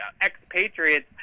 ex-Patriots